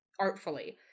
artfully